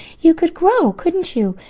you could grow, couldn't you?